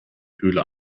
höhle